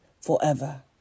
forever